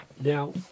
Now